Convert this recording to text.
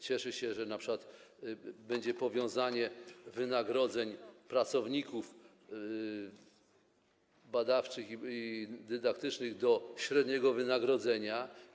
Cieszę się, że np. będzie powiązanie wynagrodzeń pracowników badawczych i dydaktycznych ze średnim wynagrodzeniem.